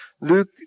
Luke